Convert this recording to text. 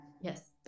yes